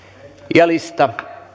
ja listaan